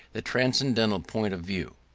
the transcendental point of view.